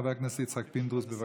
חבר הכנסת יצחק פינדרוס, בבקשה.